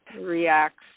reacts